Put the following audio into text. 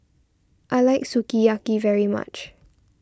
I like Sukiyaki very much